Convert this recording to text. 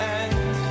end